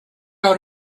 out